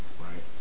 right